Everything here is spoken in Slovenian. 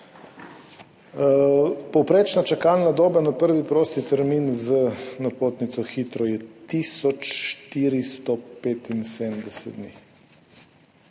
Povprečna čakalna doba na prvi prosti termin z napotnico hitro je tisoč 475 dni